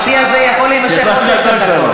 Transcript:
השיא הזה יכול להימשך עוד עשר דקות.